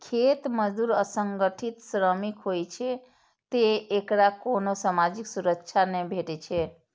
खेत मजदूर असंगठित श्रमिक होइ छै, तें एकरा कोनो सामाजिक सुरक्षा नै भेटै छै